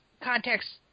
context